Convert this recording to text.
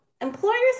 employers